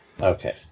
Okay